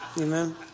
Amen